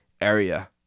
area